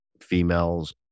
females